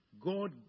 God